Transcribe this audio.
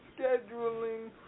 scheduling